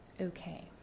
Okay